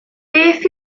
beth